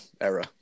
era